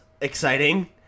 exciting